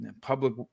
public